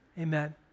Amen